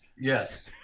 yes